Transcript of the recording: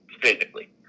physically